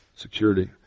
security